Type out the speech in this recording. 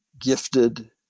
gifted